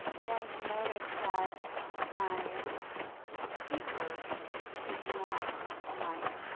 you're going to notice that my paper is not aligned.